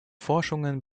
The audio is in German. forschungen